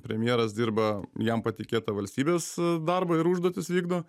premjeras dirba jam patikėtą valstybės darbą ir užduotis vykdo